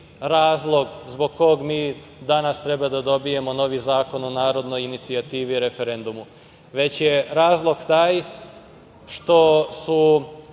razlog zbog koga mi danas treba da dobijemo novi zakon o narodnoj inicijativi i referendumu, već je razlog taj što su